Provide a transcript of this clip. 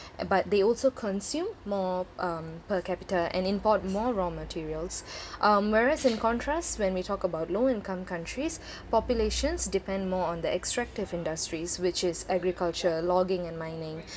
and but they also consume more um per capita and import more raw materials um whereas in contrast when we talk about low-income countries populations depend more on the extractive industries which is agriculture logging and mining